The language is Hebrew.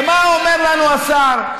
ומה אומר לנו השר?